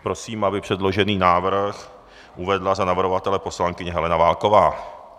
Prosím, aby předložený návrh uvedla za navrhovatele poslankyně Helena Válková.